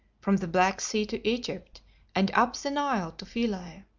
from the black sea to egypt and up the nile to philae.